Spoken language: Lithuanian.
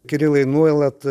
kirilai nuolat